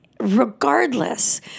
regardless